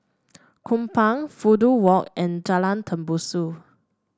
Kupang Fudu Walk and Jalan Tembusu